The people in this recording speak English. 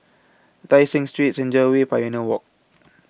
Tai Seng Street Senja Way Pioneer Walk